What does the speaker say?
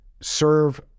serve